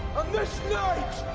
on this night,